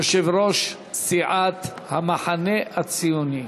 יושב-ראש סיעת המחנה הציוני,